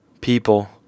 people